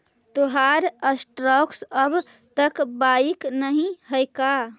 तोहार स्टॉक्स अब तक बाइक नही हैं का